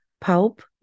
Pope